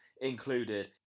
included